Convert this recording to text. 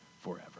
forever